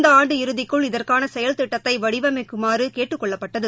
இந்த ஆண்டு இறுதிக்குள் இதற்கான செயல் திட்டத்தை வடிவமைக்குமாறு கேட்டுக் கொள்ளப்பட்டது